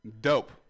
Dope